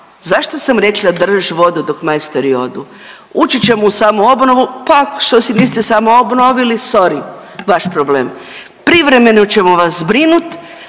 zašto sam rekla drž vodu dok majstori odu? Ući ćemo u samoobnovu, pa što si niste samoobnovili sory vaš problem, privremeno ćemo vas zbrinut,